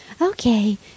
Okay